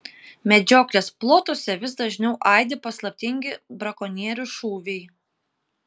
medžioklės plotuose vis dažniau aidi paslaptingi brakonierių šūviai